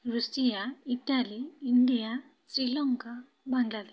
Russia Italy India Sri Lanka Bangladesh